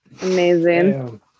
Amazing